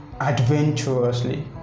adventurously